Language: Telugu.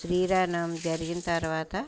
శ్రీరామనవమి జరిగిన తర్వాత